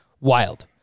wild